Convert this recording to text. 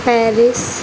Paris